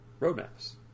roadmaps